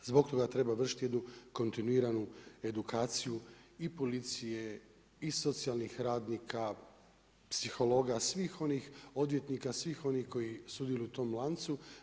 Zbog toga treba vršiti jednu kontinuiranu edukaciju i policije i socijalnih radnika, psihologa, svih onih, odvjetnika, svih oni koji sudjeluju u tom lancu.